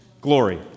glory